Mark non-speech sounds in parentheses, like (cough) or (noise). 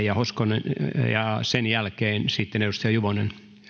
(unintelligible) ja hoskonen ja sen jälkeen sitten edustaja juvonen